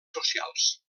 socials